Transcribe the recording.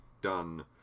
done